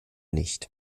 nicht